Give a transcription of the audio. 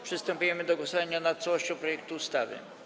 Przystępujemy do głosowania nad całością projektu ustawy.